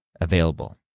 available